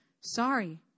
sorry